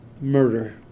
Murder